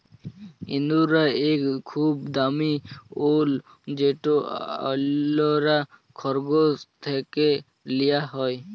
ইঙ্গরা ইক খুব দামি উল যেট অল্যরা খরগোশ থ্যাকে লিয়া হ্যয়